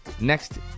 next